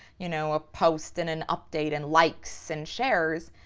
you know, a post and an update and likes and shares.